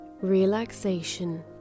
relaxation